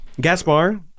Gaspar